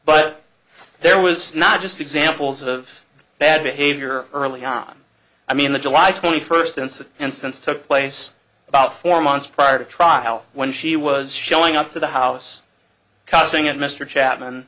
but there was not just examples of bad behavior early on i mean the july twenty first incident instance took place about four months prior to trial when she was showing up to the house causing it mr chapman